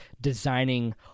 designing